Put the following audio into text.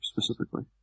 specifically